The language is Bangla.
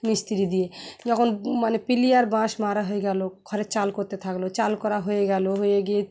মিস্ত্রি দিয়ে যখন মানে পিলার বাঁশ মারা হয়ে গেল ঘরে চাল করতে থাকলো চাল করা হয়ে গেলো হয়ে গিয়ে